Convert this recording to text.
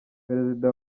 perezida